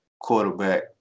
quarterback